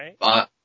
right